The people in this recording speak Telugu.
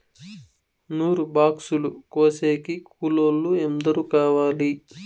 నూరు బాక్సులు కోసేకి కూలోల్లు ఎందరు కావాలి?